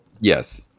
Yes